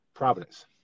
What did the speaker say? Providence